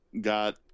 got